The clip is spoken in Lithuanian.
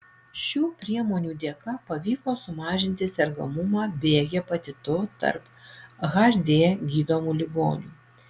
šių priemonių dėka pavyko sumažinti sergamumą b hepatitu tarp hd gydomų ligonių